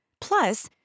Plus